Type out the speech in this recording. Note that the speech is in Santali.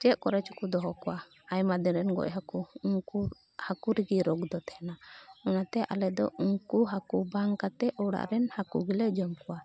ᱪᱮᱫ ᱠᱚᱨᱮ ᱪᱚᱠᱚ ᱫᱚᱦᱚ ᱠᱚᱣᱟ ᱟᱭᱢᱟ ᱫᱤᱱ ᱨᱮᱱ ᱜᱚᱡ ᱦᱟᱹᱠᱩ ᱩᱱᱠᱩ ᱦᱟᱹᱠᱩ ᱨᱮᱜᱮ ᱨᱳᱜᱽ ᱫᱚ ᱛᱟᱦᱮᱱᱟ ᱚᱱᱟᱛᱮ ᱟᱞᱮ ᱫᱚ ᱩᱱᱠᱩ ᱦᱟᱹᱠᱩ ᱵᱟᱝ ᱠᱟᱛᱮ ᱚᱲᱟᱜ ᱨᱮᱱ ᱦᱟᱹᱠᱩ ᱜᱮᱞᱮ ᱡᱚᱢ ᱠᱚᱣᱟ